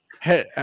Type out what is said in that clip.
Hey